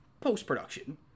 post-production